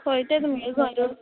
खंय तें तुमगे घर